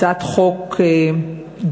הצעת חוק דומה,